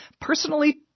personally